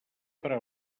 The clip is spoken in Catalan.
farà